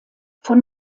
von